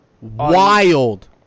wild